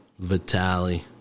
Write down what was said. Vitaly